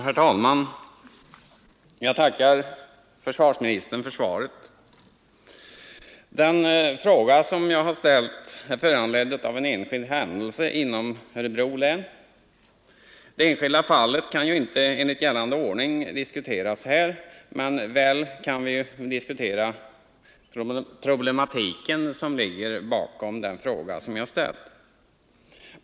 Herr talman! Jag tackar försvarsministern för svaret på min enkla fråga. Denna är föranledd av en enskild händelse inom Örebro län. Det enskilda fallet kan ju inte enligt gällande ordning diskuteras här men väl den problematik som tas upp i frågan.